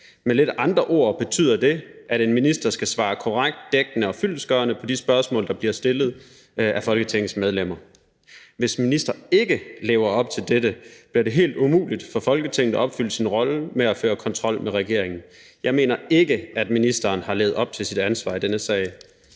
Med lidt andre ord betyder det, at en minister skal svare korrekt, dækkende og fyldestgørende på de spørgsmål, der bliver stillet af Folketingets medlemmer. Hvis en minister ikke lever op til dette, bliver det helt umuligt for Folketinget at opfylde sin rolle med at føre kontrol med regeringen. Jeg mener ikke, at ministeren har levet op til sit ansvar i denne sag.